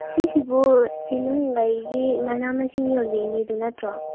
ꯁꯤꯁꯤꯕꯨ ꯊꯤꯅꯨꯡꯒꯩꯒꯤ ꯃꯅꯥ ꯃꯁꯤꯡ ꯌꯣꯟꯕꯤ ꯏꯅꯦꯗꯨ ꯅꯠꯇ꯭ꯔꯣ